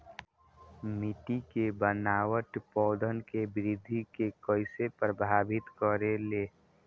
मिट्टी के बनावट पौधन के वृद्धि के कइसे प्रभावित करे ले?